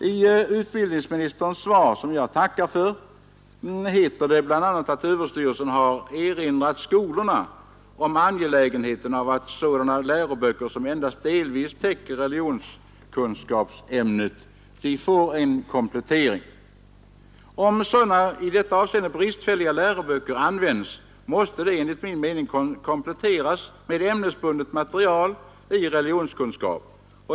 I utbildningsministerns svar, som jag tackar för, heter det bl.a. att överstyrelsen erinrat skolorna om angelägenheten av att sådana läroböcker som endast delvis täcker religionskunskapen kompletteras. Om sådana i detta avseende bristfälliga läroböcker används, måste de enligt min mening kompletteras med ämnesbundet material i religionskunskap.